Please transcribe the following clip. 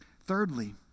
Thirdly